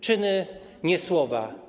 Czyny, nie słowa.